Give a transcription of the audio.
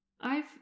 I've